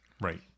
Right